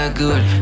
good